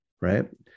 right